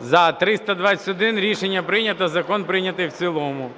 За-321 Рішення прийнято. Закон прийнятий в цілому.